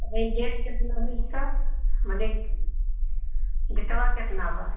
अरे देख के फिर हम उसका मने बिटवा कितना हुआ